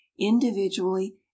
individually